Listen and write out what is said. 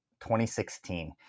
2016